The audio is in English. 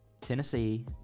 Tennessee